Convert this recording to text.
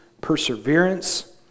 perseverance